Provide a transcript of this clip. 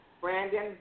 Brandon